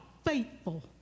Faithful